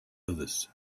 others